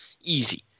Easy